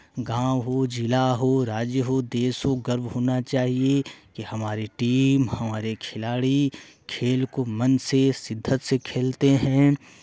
गाँव हो जिला हो राज्य हो देश हो गर्व होना चाहिए कि हमारे टीम हमारे खिलाड़ी खेल को मन से शिद्दत से खेलते हैं